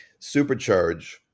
supercharge